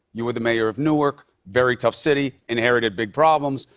you were the mayor of newark, very tough city, inherited big problems.